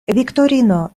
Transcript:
viktorino